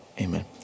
amen